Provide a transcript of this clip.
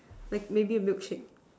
like maybe milkshake